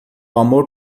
amor